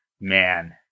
Man